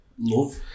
love